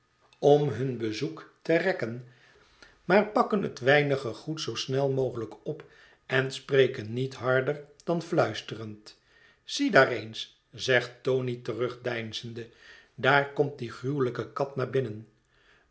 om hun bezoek te rekken maar pakken het weinige goed zoo snel mogelijk op en spreken niet harder dan fluisterend zie daar eens zegt tony terugdeinzende daar komt die gruwelijke kat naar binnen